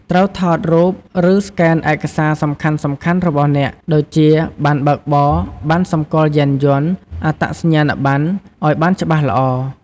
ត្រូវថតរូប ឬ ស្កេនឯកសារសំខាន់ៗរបស់អ្នក ដូចជា ប័ណ្ណបើកបរ ប័ណ្ណសម្គាល់យានយន្ត អត្តសញ្ញាណប័ណ្ណ ឲ្យបានច្បាស់ល្អ។